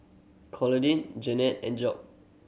Claudine Jennette and Job